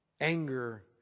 Anger